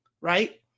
right